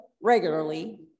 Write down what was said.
regularly